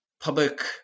public